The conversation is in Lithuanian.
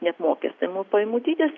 neapmokestinamų pajamų dydis